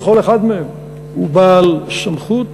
וכל אחד מהם הוא בעל סמכות,